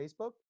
Facebook